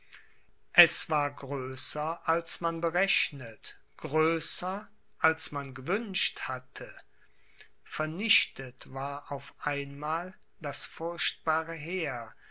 es war größer als man berechnet größer als man gewünscht hatte vernichtet war auf einmal das furchtbare heer